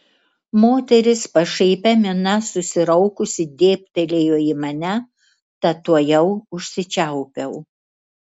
moteris pašaipia mina susiraukusi dėbtelėjo į mane tad tuojau užsičiaupiau